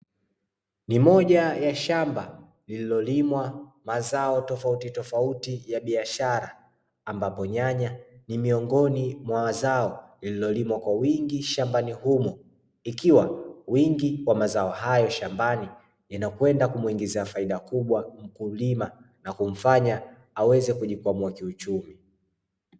Ni moja ya shamba lililolimwa mazao tofauti tofauti ya biashara, ambapo nyanya ni miongoni mwa mazao lililolimwa kwa wingi shambani humo. Ikiwa wingi wa mazao hayo shambani yanakwenda kumuingizia faida kubwa mkulima, na kumfanya aweze kujikwamua kiuchumi.